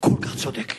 כל כך צודקת,